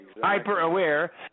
hyper-aware